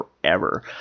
forever